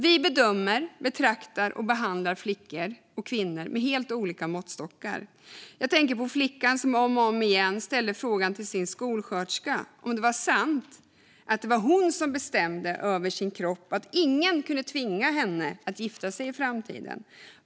Vi bedömer, betraktar och behandlar flickor och kvinnor med helt olika måttstockar. Jag tänker på flickan som om och om igen ställde frågan till sin skolsköterska om det var sant att det var hon som bestämde över sin kropp och att ingen kunde tvinga henne att gifta sig i framtiden.